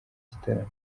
gitaramo